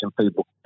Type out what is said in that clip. people